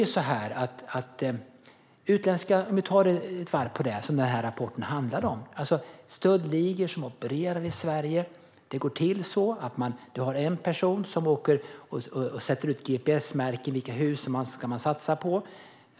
Låt oss ta ett varv till om det som rapporten handlar om: utländska stöldligor som opererar i Sverige. Det går till på så vis att de har en person som åker runt och gps-märker vilka hus de ska satsa på.